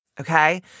okay